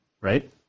right